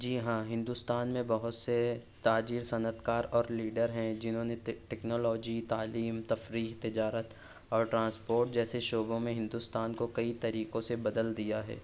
جی ہاں ہندوستان میں بہت سے تاجر صنعت کار اور لیڈر ہیں جنہوں نے ٹیکنالوجی تعلیم تفریح تجارت اور ٹرانسپورٹ جیسے شعبوں میں ہندوستان کو کئی طریقوں سے بدل دیا ہے